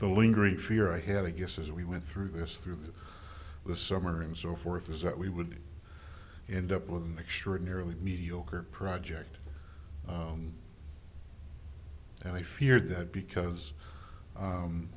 the lingering fear i had to guess as we went through this through the summer and so forth was that we would end up with an extraordinarily mediocre project that i feared that because